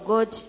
God